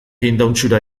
indautxura